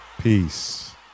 Peace